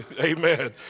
Amen